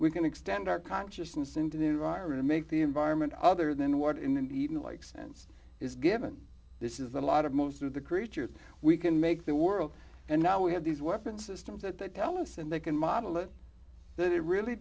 we can extend our consciousness into the environment to make the environment other than what in and even like sense is given this is a lot of most of the creatures we can make the world and now we have these weapon systems that tell us and they can model it that it really